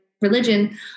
religion